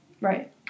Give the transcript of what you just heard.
Right